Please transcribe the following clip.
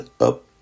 up